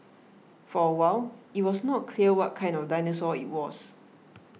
for a while it was not clear what kind of dinosaur it was